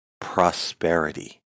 prosperity